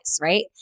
right